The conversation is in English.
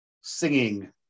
singing